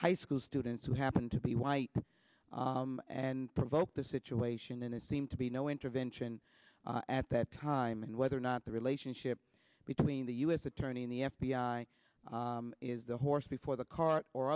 high school students who happened to be white and provoked the situation and it seemed to be no intervention at that time and whether or not the relationship between the u s attorney in the f b i is the horse before the cart or